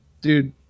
dude